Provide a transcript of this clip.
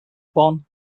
bonn